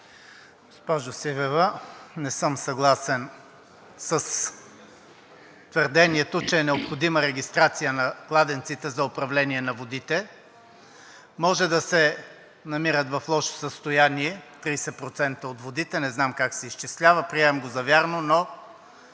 Госпожо Сивева, не съм съгласен с твърдението, че е необходима регистрация на кладенците за управление на водите. Може да се намират в лошо състояние 30% от водите, не знам как се изчислява, приемам го за вярно, но